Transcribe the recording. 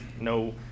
no